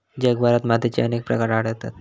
जगभरात मातीचे अनेक प्रकार आढळतत